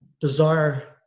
desire